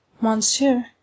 Monsieur